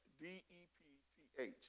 D-E-P-T-H